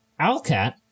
Alcat